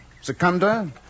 Secunda